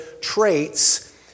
traits